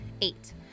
Eight